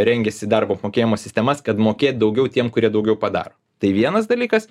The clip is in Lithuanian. rengėsi darbo apmokėjimo sistemas kad mokėt daugiau tiem kurie daugiau padaro tai vienas dalykas